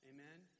Amen